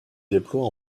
déploie